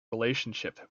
relationship